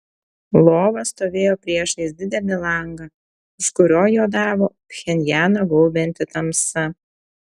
lova stovėjo priešais didelį langą už kurio juodavo pchenjaną gaubianti tamsa